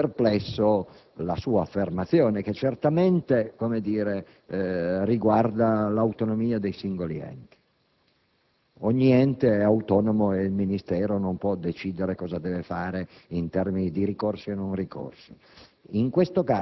un po' perplesso la sua affermazione riguardante l'autonomia dei singoli enti: ogni ente è autonomo e il Ministero non può decidere cosa deve fare in termini di ricorsi. In questo